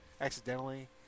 accidentally